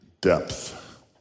depth